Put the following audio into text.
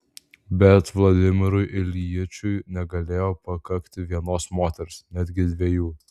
bet vladimirui iljičiui negalėjo pakakti vienos moters netgi dviejų